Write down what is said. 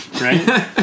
Right